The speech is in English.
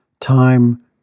time